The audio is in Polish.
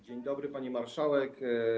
Dzień dobry, pani marszałek.